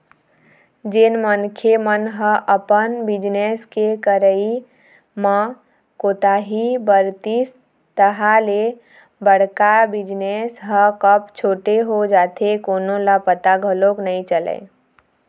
जेन मनखे मन ह अपन बिजनेस के करई म कोताही बरतिस तहाँ ले बड़का बिजनेस ह कब छोटे हो जाथे कोनो ल पता घलोक नइ चलय